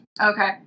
Okay